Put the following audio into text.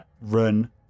run